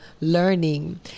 learning